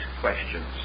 questions